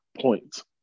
points